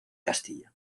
castilla